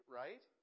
right